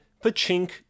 Pachink